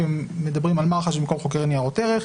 המדברים על מח"ש במקום חוקר ניירות ערך.